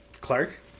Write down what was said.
Clark